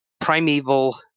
Primeval